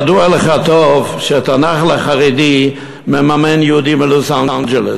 ידוע לך טוב שאת הנח"ל החרדי מממן יהודי מלוס-אנג'לס,